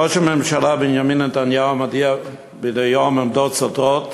ראש הממשלה בנימין נתניהו מודיע מדי יום עמדות סותרות